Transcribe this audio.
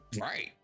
right